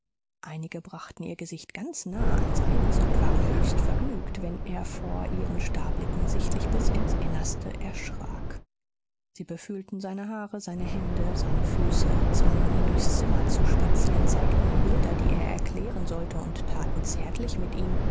einige brachten ihr gesicht ganz nah an seines und waren höchst vergnügt wenn er vor ihren starrblicken sichtlich bis ins innerste erschrak sie befühlten seine haare seine hände seine füße zwangen ihn durchs zimmer zu spazieren zeigten ihm bilder die er erklären sollte und taten zärtlich mit ihm